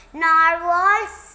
narwhals